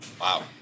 Wow